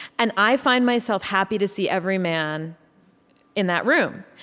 and i find myself happy to see every man in that room.